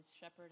shepherd